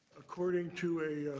according to a